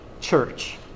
church